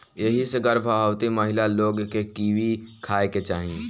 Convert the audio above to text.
एही से गर्भवती महिला लोग के कीवी खाए के चाही